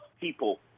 people